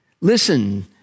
Listen